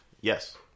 Yes